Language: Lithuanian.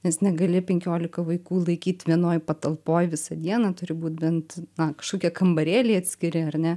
nes negali penkiolika vaikų laikyt vienoj patalpoj visą dieną turi būti bent na kašokie kambarėliai atskiri ar ne